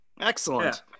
excellent